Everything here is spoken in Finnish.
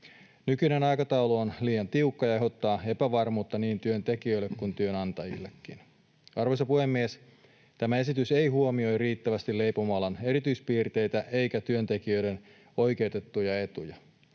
Nykyinen aikataulu on liian tiukka ja aiheuttaa epävarmuutta niin työntekijöille kuin työnantajillekin. Arvoisa puhemies! Tämä esitys ei huomioi riittävästi leipomoalan erityispiirteitä eikä työntekijöiden oikeutettuja etuja.